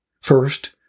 First